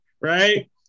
right